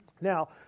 Now